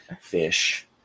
Fish